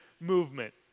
movement